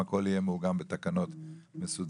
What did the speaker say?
הכל יהיה מעוגן בתקנות מסודרות.